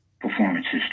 performances